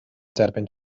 derbyn